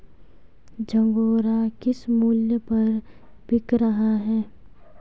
झंगोरा किस मूल्य पर बिक रहा है?